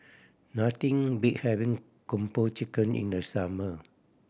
nothing beats having Kung Po Chicken in the summer